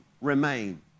remain